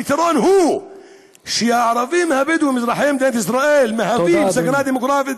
הפתרון הוא שהערבים הבדואים אזרחי מדינת ישראל מהווים סכנה דמוגרפית.